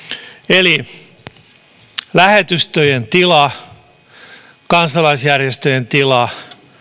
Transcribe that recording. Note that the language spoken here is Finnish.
eli lähetystöjen tila kansalaisjärjestöjen tila